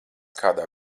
kādā